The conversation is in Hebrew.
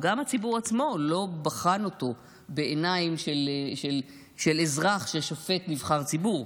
אלא גם הציבור עצמו לא בחן אותו בעיניים של אזרח ששופט נבחר ציבור.